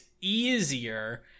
easier